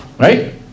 Right